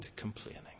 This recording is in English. complaining